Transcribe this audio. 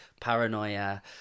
paranoia